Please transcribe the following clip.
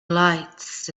lights